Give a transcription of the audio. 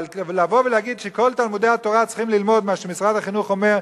אבל לבוא ולהגיד שכל תלמודי-התורה צריכים ללמוד מה שמשרד החינוך אומר,